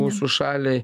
mūsų šaliai